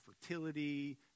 fertility